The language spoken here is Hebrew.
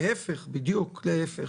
טוב, כי --- להפך, בדיוק להפך,